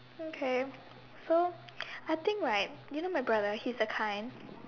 okay so I think right you know my brother his the kind